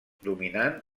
dominant